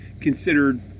considered